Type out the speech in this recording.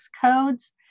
codes